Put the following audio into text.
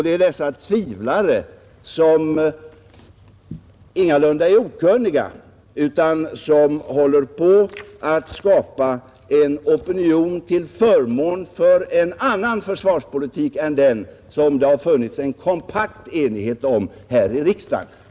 Dessa är ingalunda okunniga, men de håller på att skapa en opinion till förmån för en annan försvarspolitik än den som det har rått en kompakt enighet om här i riksdagen.